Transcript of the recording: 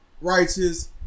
righteous